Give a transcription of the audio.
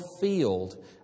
field